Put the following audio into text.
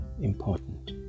important